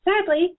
Sadly